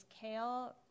Kale